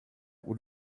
would